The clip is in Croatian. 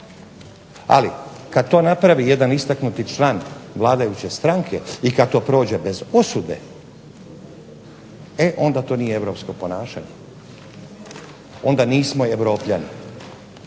ali kad to napravi jedan istaknuti član vladajuće stranke i kad to prođe bez osude e onda to nije europsko ponašanje. Onda nismo Europljani.